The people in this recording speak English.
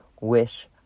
wish